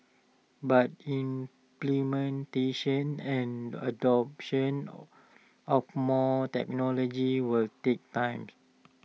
but implementation and adoption or of more technology will take times